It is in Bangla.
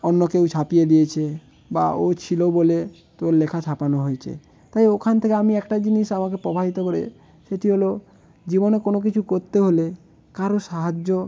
অন্য কেউ ছাপিয়ে দিয়েছে বা ও ছিল বলে তোর লেখা ছাপানো হয়েছে তাই ওখান থেকে আমি একটা জিনিস আমাকে প্রভাবিত করে সেটি হলো জীবনে কোনো কিছু করতে হলে কারোর সাহায্য